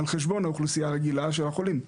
על חשבון האוכלוסייה הרגילה של החולים.